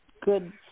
good